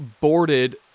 boarded